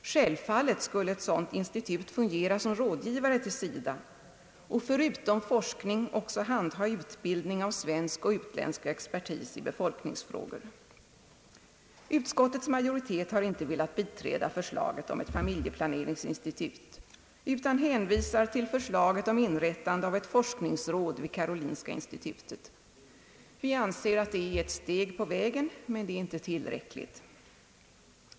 Självfallet skulle ett sådant institut fungera som rådgivare till SIDA och förutom forskning också handha utbildning av svensk och utländsk expertis i befolkningsfrågor. Utskottets majoritet har inte velat biträda förslaget om ett familjeplaneringsinstitut utan hänvisat till förslaget om inrättande av ett forskningsråd vid karolinska institutet. Vi anser detta vara ett steg på vägen, men inte tillräckligt.